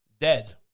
dead